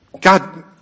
God